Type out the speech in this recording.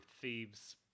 Thieves